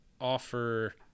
offer